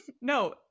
No